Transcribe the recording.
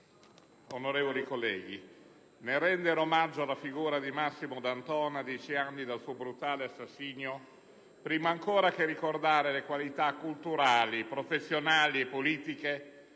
onorevoli colleghi, nel rendere omaggio alla figura di Massimo D'Antona a dieci anni dal suo brutale assassinio, prima ancora che ricordarne le qualità culturali, professionali e politiche,